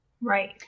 Right